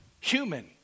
Human